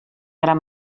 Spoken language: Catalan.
gran